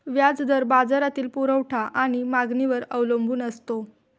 व्याज दर बाजारातील पुरवठा आणि मागणीवर अवलंबून असतो